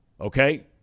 okay